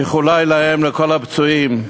איחולי להם, לכל הפצועים.